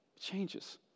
changes